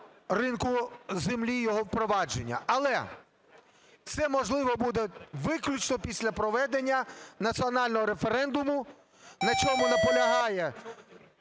ринку землі, його впровадження. Але це можливо буде виключно після проведення національного референдуму. На цьому наполягає